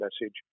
message